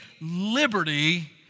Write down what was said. liberty